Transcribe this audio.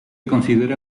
considera